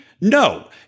No